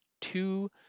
two